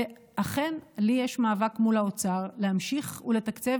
ואכן, לי יש מאבק מול האוצר להמשיך ולתקצב.